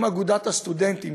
עם אגודת הסטודנטים,